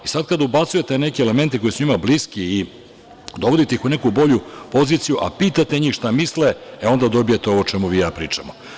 Sada kada ubacujete neke elemente koji su njima bliski i dovodite ih u neku bolju poziciju, a pitate ih šta misle, onda dobijate ovo o čemu vi i ja pričamo.